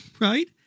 Right